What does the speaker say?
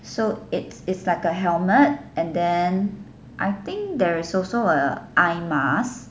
so it's it's like a helmet and then I think there is also a eye mask